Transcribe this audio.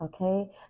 okay